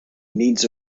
needs